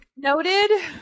noted